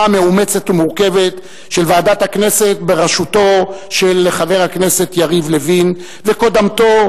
מאומצת ומורכבת של ועדת הכנסת בראשותו של חבר הכנסת יריב לוין וקודמתו,